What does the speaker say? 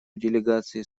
делегации